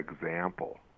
example